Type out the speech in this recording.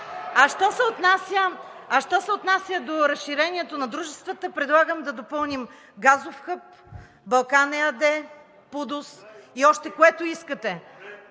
А що се отнася до разширението на дружествата, предлагам да допълним: „Газов Хъб Балкан“ ЕАД, ПУДООС и още, което искате.